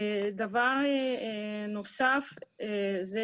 דבר נוסף זה